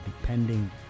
depending